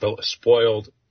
spoiled